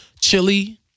chili